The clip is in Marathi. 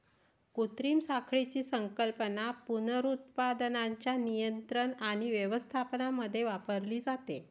कृत्रिम साखळीची संकल्पना पुनरुत्पादनाच्या नियंत्रण आणि व्यवस्थापनामध्ये वापरली जाते